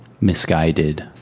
misguided